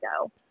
go